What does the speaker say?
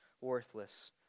worthless